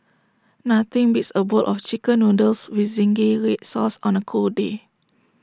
nothing beats A bowl of Chicken Noodles with Zingy Red Sauce on A cold day